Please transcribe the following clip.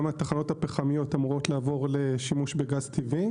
גם התחנות הפחמיות אמורות לעבור לשימוש בגז טבעי,